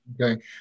Okay